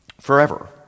forever